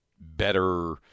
better